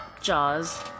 Jaws